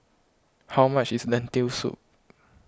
how much is Lentil Soup